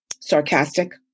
sarcastic